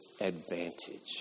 advantage